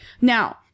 Now